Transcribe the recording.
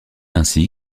ainsi